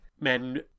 men